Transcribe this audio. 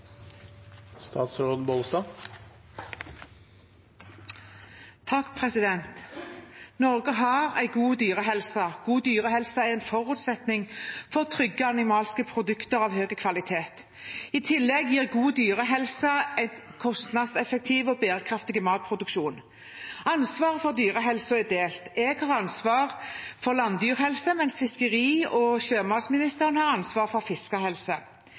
en forutsetning for trygge animalske produkter av høy kvalitet. I tillegg gir god dyrehelse en kostnadseffektiv og bærekraftig matproduksjon. Ansvaret for dyrehelsen er delt. Jeg har ansvar for landdyrhelse, mens fiskeri- og sjømatministeren har ansvar for fiskehelse.